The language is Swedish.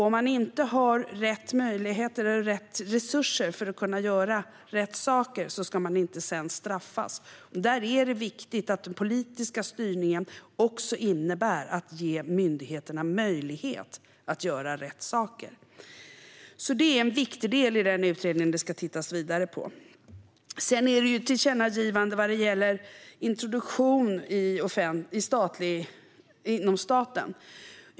Om man inte har rätt möjligheter eller rätt resurser att göra rätt saker ska man inte sedan straffas. Det är viktigt att den politiska styrningen innebär att man ger myndigheterna möjlighet att göra rätt saker. Detta är därför en viktig del i den utredning som ska titta på det här. Utskottet har även ett tillkännagivande om introduktion inom staten.